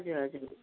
हजुर हजुर